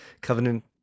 covenant